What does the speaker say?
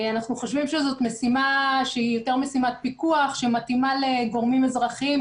אנחנו חושבים שזו משימה שהיא יותר משימת פיקוח שמתאימה לגורמים אזרחיים,